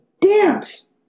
dance